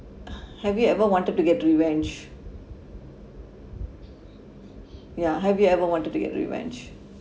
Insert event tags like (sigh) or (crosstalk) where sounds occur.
(breath) have you ever wanted to get revenge ya have you ever wanted to get revenge